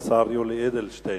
השר יולי אדלשטיין,